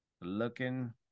looking